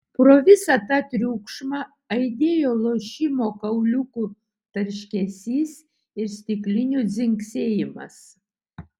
pro visą tą triukšmą aidėjo lošimo kauliukų tarškesys ir stiklinių dzingsėjimas